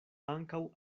ankaŭ